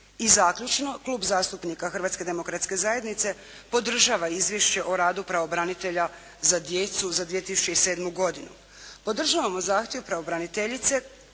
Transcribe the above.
I zaključno, Klub zastupnika Hrvatske demokratske zajednice podržava izvješće o radu pravobranitelja za djecu za 2007. godinu.